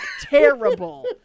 terrible